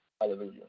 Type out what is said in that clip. hallelujah